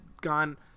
gone